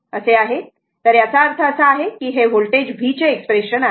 तर याचा अर्थ असा की हे वोल्टेज V चे एक्सप्रेशन आहे